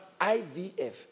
IVF